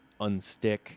unstick